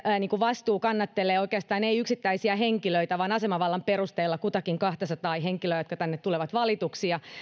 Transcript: vastuu kannattelee oikeastaan ei yksittäisiä henkilöitä vaan asemavallan perusteella kutakin kahtasataa henkilöä jotka tänne tulevat valituiksi ja